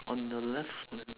on the left